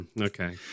Okay